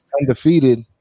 undefeated